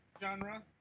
genre